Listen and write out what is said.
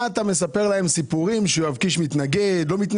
מה אתה מספר להם סיפורים שיואב קיש מתנגד או לא?